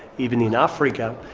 even in africa,